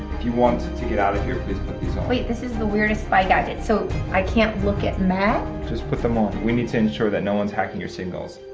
if you want to get out of here please put these on. wait this is the weirdest spy gadget so i can't look at matt? just put them on we need to ensure that no one is hacking your signals.